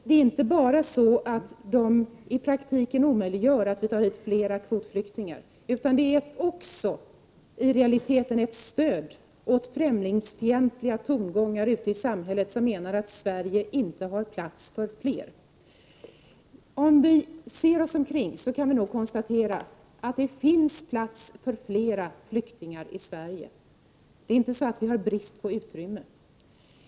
Det är inte bara så att sådana tongångar omöjliggör att vi tar emot fler kvotflyktingar. I realiteten innebär sådana tongångar också ett stöd åt de främlingsfientliga ute i samhället som menar att Sverige inte har plats för fler flyktingar. Om vi ser oss omkring kan vi konstatera att det finns plats för flera flyktingar i Sverige. Det är inte så att vi har brist på utrymme.